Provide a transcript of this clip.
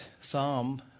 psalm